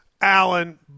Allen